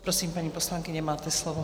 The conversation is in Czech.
Prosím, paní poslankyně, máte slovo.